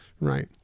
Right